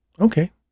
Okay